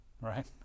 right